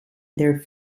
their